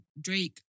Drake